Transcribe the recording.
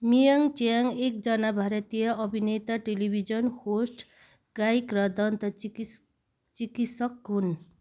मियाङ च्याङ एकजना भारतीय अभिनेता टेलिभिजन होस्ट गायक र दन्त चिकिस चिकित्सक हुन्